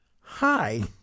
hi